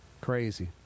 Crazy